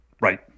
Right